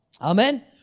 amen